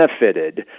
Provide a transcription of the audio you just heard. benefited